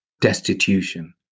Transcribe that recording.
destitution